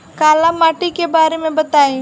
काला माटी के बारे में बताई?